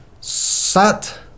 Sat